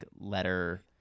letter